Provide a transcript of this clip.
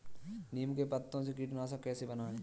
नीम के पत्तों से कीटनाशक कैसे बनाएँ?